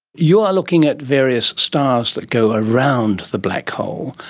you are looking at various stars that go around the black hole.